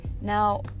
Now